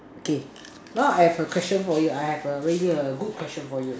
okay now I have a question for you I have a really good question for you